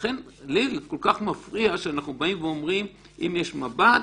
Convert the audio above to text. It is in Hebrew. לכן לי מפריע לי שאנחנו באים ואומרים, אם יש מב"ד